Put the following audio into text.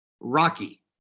Rocky